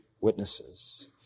witnesses